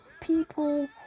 people